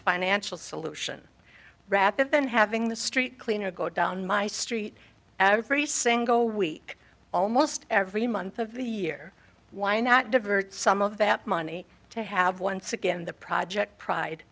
financial solution rather than having the street cleaner go down my street every single week almost every month of the year why not divert some of that money to have once again the project pride